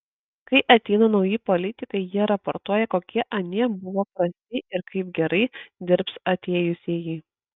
kai ateina nauji politikai jie raportuoja kokie anie buvo prasti ir kaip gerai dirbs atėjusieji